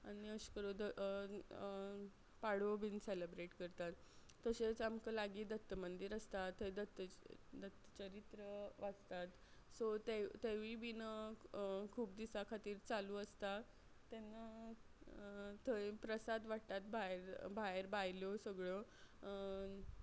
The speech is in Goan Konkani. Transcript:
आनी अशें करून द पाडवो बीन सॅलब्रेट करतात तशेंच आमकां लागीं दत्तमंदीर आसता थंय दत्त दत्तचरित्र वाचतात सो तें तेंवूय बीन खूब दिसां खातीर चालू आसता तेन्ना थंय प्रसाद वांट्टात भायर भायर बायल्यो सगळ्यो